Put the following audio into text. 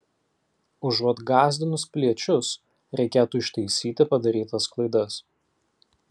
užuot gąsdinus piliečius reikėtų ištaisyti padarytas klaidas